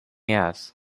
yes